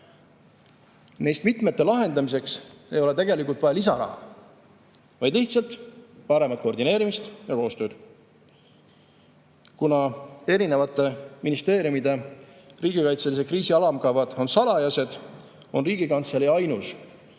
Neist mitme lahendamiseks ei ole tegelikult vaja lisaraha, vaid lihtsalt paremat koordineerimist ja koostööd. Kuna ministeeriumide riigikaitselise kriisi alamkavad on salajased, on Riigikantselei ainus,